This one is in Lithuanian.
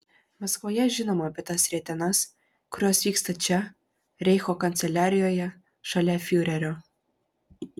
maskvoje žinoma apie tas rietenas kurios vyksta čia reicho kanceliarijoje šalia fiurerio